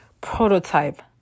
prototype